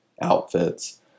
outfits